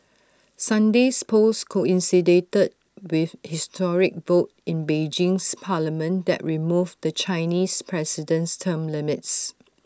Sunday's polls coincided with historic vote in Beijing's parliament that removed the Chinese president's term limits